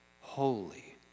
holy